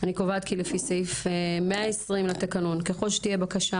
אני קובעת כי לפי סעיף 120 לתקנון ככל שתהיה בקשה